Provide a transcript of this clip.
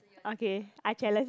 okay I challenge